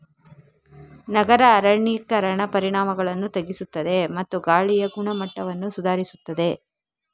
ನಗರ ಅರಣ್ಯೀಕರಣ ಪರಿಣಾಮಗಳನ್ನು ತಗ್ಗಿಸುತ್ತದೆ ಮತ್ತು ಗಾಳಿಯ ಗುಣಮಟ್ಟವನ್ನು ಸುಧಾರಿಸುತ್ತದೆ